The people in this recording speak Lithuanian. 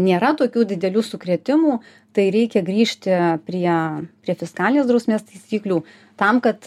nėra tokių didelių sukrėtimų tai reikia grįžti prie prie fiskalinės drausmės taisyklių tam kad